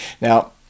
Now